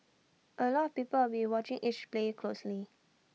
A lot of people are will watching each player closely